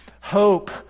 hope